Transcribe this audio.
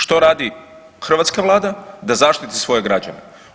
Što radi hrvatska Vlada da zaštiti svoje građane?